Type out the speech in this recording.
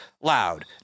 loud